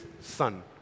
son